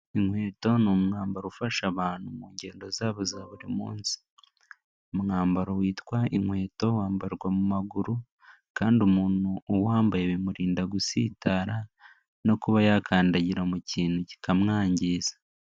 Inkweto ni umwambaro ufasha abantu mu ngendo zabo za buri munsi. Umwambaro witwa inkweto wambarwa mu maguru kandi umuntu uwambaye bimurinda gusitara no kuba yakandagira mu kintu kikamwangiza.